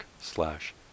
slash